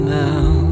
now